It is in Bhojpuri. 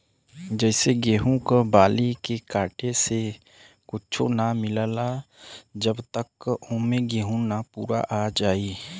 जइसे गेहूं क बाली के काटे से कुच्च्छो ना मिलला जब तक औमन गेंहू ना पूरा आ जाए